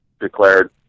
declared